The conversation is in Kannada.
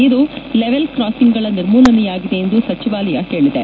ಇದು ಲೆವೆಲ್ ಕ್ರಾಸಿಂಗ್ಗಳ ನಿರ್ಮೂಲನೆಯಾಗಿದೆ ಎಂದು ಸಚಿವಾಲಯ ಹೇಳಿದೆ